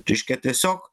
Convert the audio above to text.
reiškia tiesiog